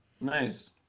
nice